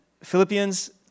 Philippians